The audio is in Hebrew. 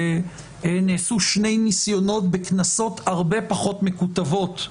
שנעשו שני ניסיונות בכנסות הרבה פחות מקוטבות.